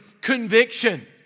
conviction